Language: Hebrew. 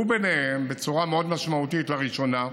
וביניהם, בצורה מאוד משמעותית, לראשונה,